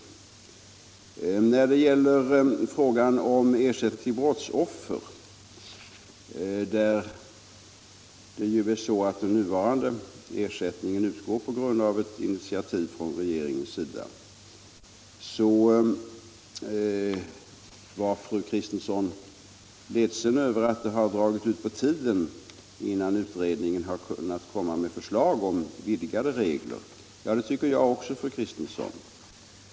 Beträffande frågan om ersättning till brottsoffer är det f. n. så att den nuvarande ersättningen utgår genom ett initiativ från regeringen. Fru Kristensson var när det gäller denna fråga ledsen över att det dragit ut på tiden innan utredningen kunnat komma med förslag om vidgade regler. Det är jag också, fru Kristensson.